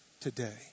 today